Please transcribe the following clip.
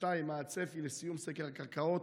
2. מה הצפי לסיום סקר הקרקעות?